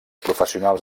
professionals